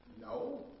No